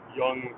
young